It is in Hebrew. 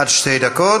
עד שתי דקות.